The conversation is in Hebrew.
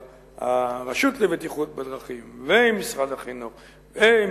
הרשות לבטיחות בדרכים עם משרד החינוך ועם